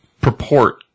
purport